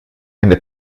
eine